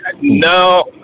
No